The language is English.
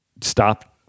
stop